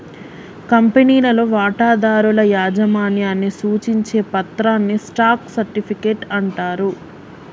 కంపెనీలో వాటాదారుల యాజమాన్యాన్ని సూచించే పత్రాన్ని స్టాక్ సర్టిఫికెట్ అంటారు